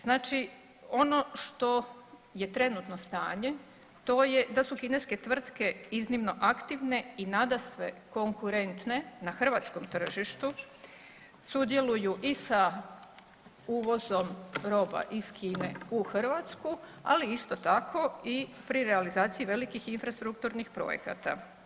Znači ono što je trenutno stanje, to je da su kineske tvrtke iznimno aktivne i nadasve konkurentne na hrvatskom tržištu, sudjeluju i sa uvozom roba iz Kine u Hrvatsku, ali isto tako, i pri realizaciji velikih infrastrukturnih projekata.